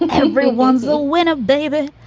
and everyone's will win a baby.